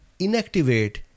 inactivate